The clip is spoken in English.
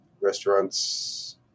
restaurants